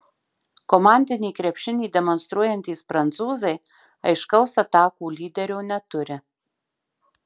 komandinį krepšinį demonstruojantys prancūzai aiškaus atakų lyderio neturi